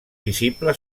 visible